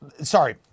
sorry